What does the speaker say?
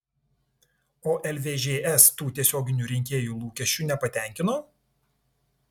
o lvžs tų tiesioginių rinkėjų lūkesčių nepatenkino